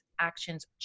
actions